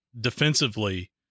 defensively